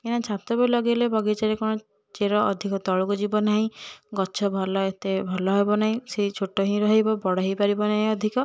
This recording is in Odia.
କାହିଁକିନା ଛାତ ଉପରେ ଲଗେଇଲେ ବଗିଚାରେ କ'ଣ ଚେର ଅଧିକ ତଳକୁ ଯିବନାହିଁ ଗଛ ଭଲ ଏତେ ଭଲ ହବନାହିଁ ସେଇ ଛୋଟ ହେଇ ରହିବ ବଡ଼ ହେଇପାରିବ ନାହିଁ ଅଧିକ